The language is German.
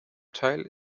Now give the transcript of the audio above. teil